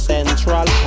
Central